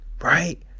Right